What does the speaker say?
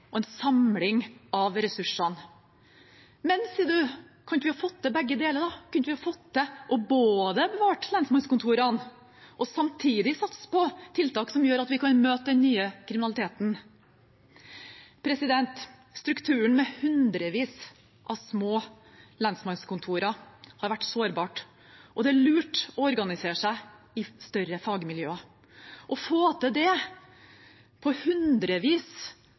og en samling av ressursene. Men, sier du, kunne vi ikke ha fått til begge deler, kunne vi ikke ha fått til både å bevare lensmannskontorene og samtidig satse på tiltak som gjør at vi kan møte den nye kriminaliteten? Strukturen med hundrevis av små lensmannskontor har vært sårbar, og det er lurt å organisere seg i litt større fagmiljøer. Å få til det på hundrevis